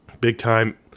big-time